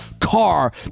car